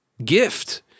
gift